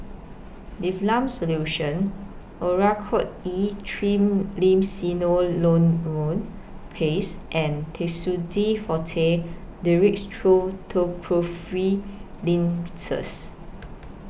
Difflam Solution Oracort E Triamcinolone Paste and Tussidex Forte Dextromethorphan Linctus